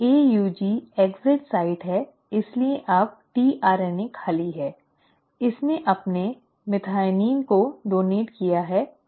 AUG निकास स्थल है इसलिए अब tRNA खाली है इसने अपने मेथिओनिन का डोनेट किया है